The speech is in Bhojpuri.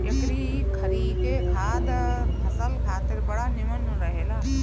एकरी खरी के खाद फसल खातिर बड़ा निमन रहेला